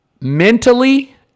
mentally